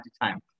time